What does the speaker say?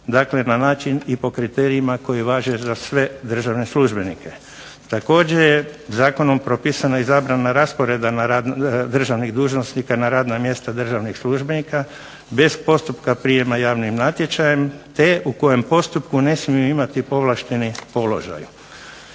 Dakle, na način i po kriterijima koji važe za sve državne službenike. Također je zakonom propisana i zabrana rasporeda državnih dužnosnika na radna mjesta državnih službenika bez postupka prijema javnim natječajem, te u kojem postupku ne smiju imati povlašteni položaj.